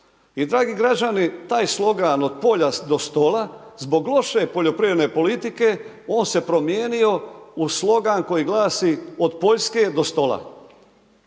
I dragi građani taj slogan od polja do stola zbog loše poljoprivredne politike on se promijenio u slogan koji glasi od Poljske do stola.